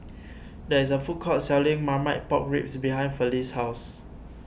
there is a food court selling Marmite Pork Ribs behind Felice's house